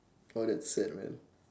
oh that's sad man